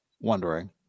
wondering